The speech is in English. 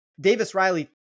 Davis-Riley